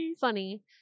funny